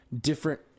different